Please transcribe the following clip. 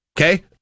Okay